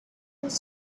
was